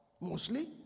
Mostly